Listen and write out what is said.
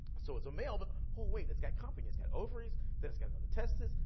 so it's a male, but oh wait, it's got comping. it's got ovaries, then it's got another testes,